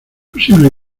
posible